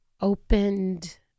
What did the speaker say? opened